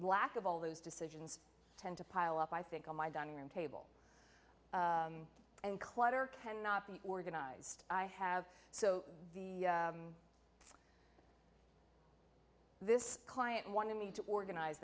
lack of all those decisions tend to pile up i think all my dining room table and clutter cannot be organized i have so the this client wanted me to organize